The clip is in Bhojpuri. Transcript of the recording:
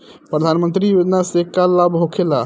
प्रधानमंत्री योजना से का लाभ होखेला?